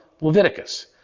Leviticus